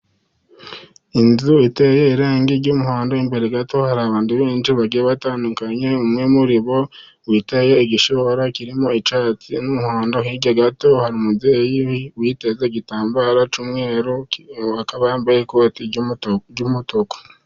Inzu iteye irangi ry’umuhondo, imbere gato hari abantu benshi bagiye batandukanye. Umwe muri bo witeye igishura kirimo icyatsi n’umuhondo, hirya gato hari umubyeyi witeze igitambaro cy’umweru, akaba yambaye ikoti ry’umutuku.